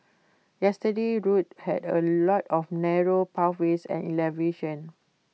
yesterday's route had A lot of narrow pathways and elevation